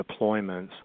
deployments